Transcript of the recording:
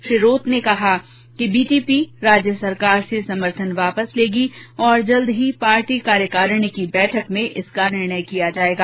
श्री रोत ने कहा कि बीटीपी राज्य सरकार से समर्थन वापस लेगी और जल्द ही प्रदेश कार्यकारिणी की बैठक में इसका निर्णय किया जायेगा